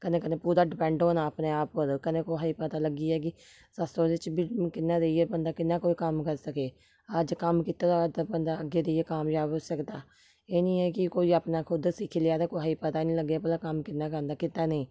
कन्नै कन्नै पूरा डिपैंड होना अपने आप पर कन्नै कुसै गी पता लग्गी गेआ कि सस्स सौह्रे च ब कि'यां रेहियै बंदा कि'यां कोई कम्म करी सकै अज्ज कम्म कीता दा होऐ ते बंदा अग्गें जाइयै कि'यां कामजाब होई सकदा एह् निं ऐ कि कोई अपना खुद सिक्खी लेआ ते कुसै गी पता निं लग्गै भला कम्म कि'यां करना ते कीता नेईं